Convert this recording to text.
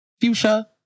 Fuchsia